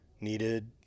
needed